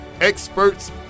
experts